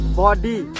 body